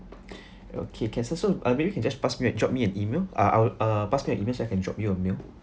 okay can sir so uh maybe you can just pass me uh drop me an email uh I'll uh pass me your email so I can drop you an email